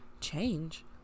change